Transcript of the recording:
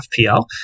FPL